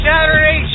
Saturday